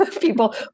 People